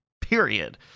Period